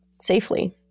safely